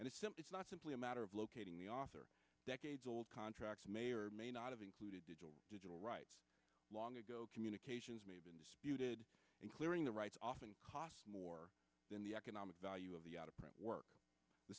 and it's simply not simply a matter of locating the author decades old contracts may or may not have included digital digital rights long ago communications may have been disputed and clearing the rights often costs more than the economic value of the out of print